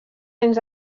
anys